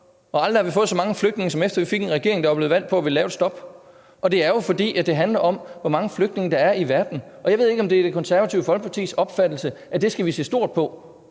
Og aldrig har vi fået så mange flygtninge, som efter at have fået en regering, der var blevet valgt på at ville lave et stop. Og det er jo, fordi det handler om, hvor mange flygtninge der er i verden. Jeg ved ikke, om det er Det Konservative Folkepartis opfattelse, at det skal vi se stort på,